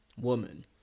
woman